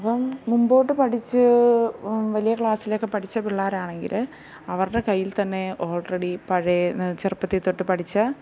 അപ്പം മുമ്പോട്ട് പഠിച്ച് വലിയ ക്ലാസിലൊക്കെ പഠിച്ച പിള്ളേരാണെങ്കിൽ അവരുടെ കയ്യിൽ തന്നെ ഓൾറെഡി പഴയ ചെറുപ്പത്തിൽ തൊട്ട് പഠിച്ച